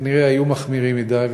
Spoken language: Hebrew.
כנראה היו מחמירים מדי,